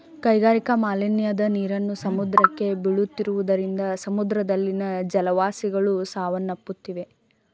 ಕೈಗಾರಿಕಾ ಮಾಲಿನ್ಯದ ನೀರನ್ನು ಸಮುದ್ರಕ್ಕೆ ಬೀಳುತ್ತಿರುವುದರಿಂದ ಸಮುದ್ರದಲ್ಲಿನ ಜಲವಾಸಿಗಳು ಸಾವನ್ನಪ್ಪುತ್ತಿವೆ